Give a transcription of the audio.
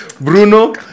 Bruno